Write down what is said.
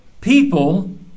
people